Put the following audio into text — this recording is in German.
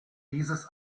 dieses